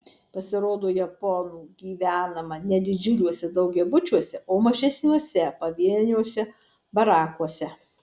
pasirodo japonų gyvenama ne didžiuliuose daugiabučiuose o mažesniuose pavieniuose barakuose